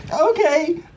Okay